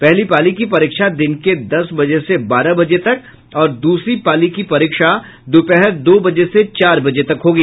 पहली पाली की परीक्षा दिन के दस बजे से बारह बजे तक और दूसरी पाली की परीक्षा दोपहर दो बजे से चार बजे तक होगी